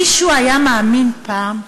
מישהו היה מאמין פעם,